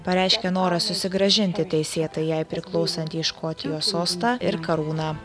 pareiškė norą susigrąžinti teisėtai jai priklausantį škotijos sostą ir karūną